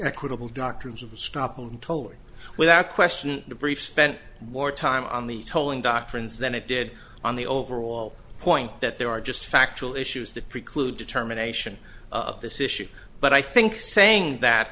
equitable doctrines of the stop and tolling without question the briefs spent more time on the tolling doctrines than it did on the overall point that there are just factual issues that preclude determination of this issue but i think saying that